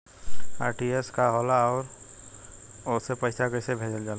RTGS का होला आउरओ से पईसा कइसे भेजल जला?